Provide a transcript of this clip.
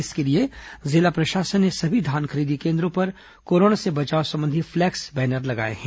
इसके लिए जिला प्रशासन ने सभी धान खरीदी केंद्रों पर कोरोना से बचाव संबंधी फ्लैक्स लगाए हैं